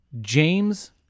James